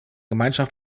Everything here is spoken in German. gemeinschaft